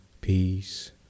peace